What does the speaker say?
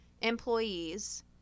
employees